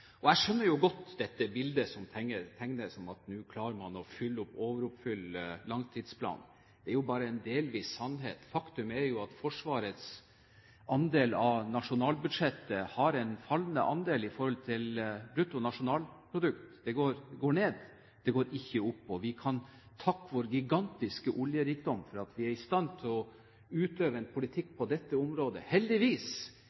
Jeg skjønner jo godt dette bildet som tegnes, at nå klarer man å overoppfylle langtidsplanen. Det er jo bare en delvis sannhet. Faktum er jo at Forsvarets andel av nasjonalbudsjettet har en fallende andel i forhold til bruttonasjonalprodukt. Det går ned. Det går ikke opp. Og vi kan takke vår gigantiske oljerikdom for at vi er i stand til å utøve en